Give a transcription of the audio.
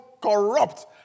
corrupt